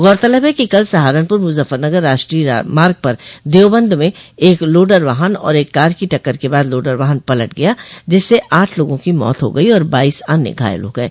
गौरतलब है कि कल सहारनपुर मुजफ्फरनगर राष्ट्रीय मार्ग पर देवबंद में एक लोडर वाहन और एक कार की टक्कर के बाद लोडर वाहन पलट गया जिससे आठ लोगों की मौत हो गयी और बाइस अन्य घायल हो गये